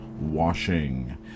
Washing